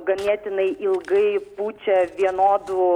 ganėtinai ilgai pučia vienodų